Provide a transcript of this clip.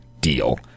deal